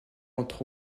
entre